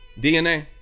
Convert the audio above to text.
dna